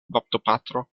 baptopatro